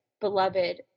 beloved